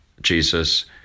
Jesus